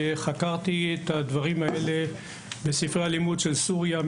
וחקרתי את הדברים האלה בספרי הלימוד של סוריה,